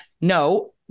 No